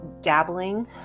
dabbling